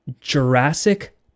Jurassic